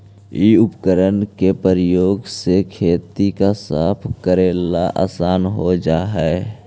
इ उपकरण के प्रयोग से खेत के साफ कऽरेला असान हो जा हई